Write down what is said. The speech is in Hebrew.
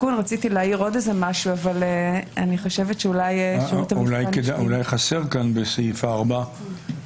אולי חסרה כאן בסעיף (4)